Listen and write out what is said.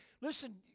Listen